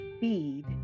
feed